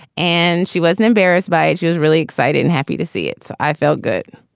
and she wasn't embarrassed by it she was really excited and happy to see it. i felt good.